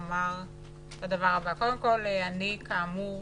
קודם כל, אני כאמור